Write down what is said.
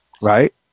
Right